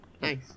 Nice